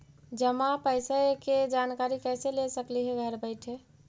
जमा पैसे के जानकारी कैसे ले सकली हे घर बैठे?